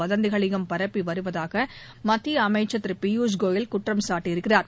வதந்திகளையும் பரப்பி வருவதாக மத்திய அமைச்சர் திரு பியூஷ் கோயல் குற்றம் சாட்டியிருக்கிறார்